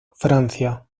francia